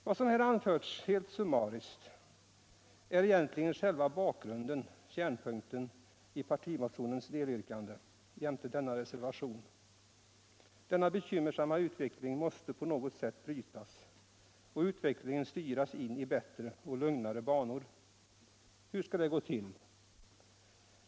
Vad som här anförts, helt summariskt, är egentligen själva bakgrunden —- kärnpunkten — i partimotionens delyrkande jämte reservationen. Denna bekymmersamma utveckling måste på något sätt brytas och styras in i bättre och lugnare banor. Hur skall det gå till?